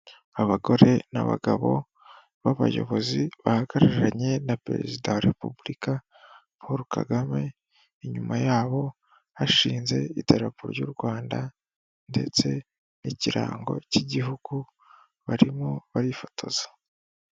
Abagore n'abagabo b'abayobozi bahagararanye na Perezida wa repubulika Paul Kagame, inyuma yabo hashinze idarapo ry'u Rwanda ndetse n'ikirango cy'igihugu, barimo barifotoza.